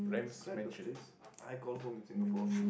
describe the place I call home in Singapore